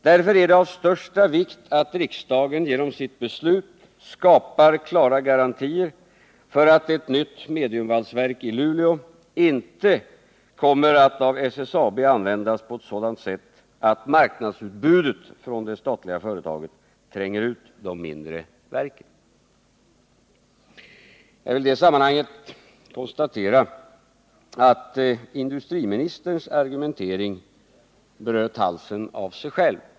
Därför är det av största vikt att riksdagen genom sitt beslut skapar klara garantier för att ett nytt mediumvalsverk i Luleå inte kommer att av SSAB användas på ett sådant sätt att marknadsutbudet från det statliga företaget tränger ut de mindre verken. Jag konstaterar i detta sammanhang att industriministerns argumentering bröt halsen av sig själv.